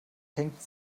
hängt